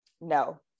No